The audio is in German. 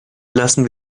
lassen